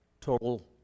total